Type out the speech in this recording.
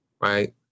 right